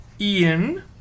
Ian